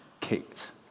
kicked